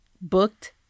booked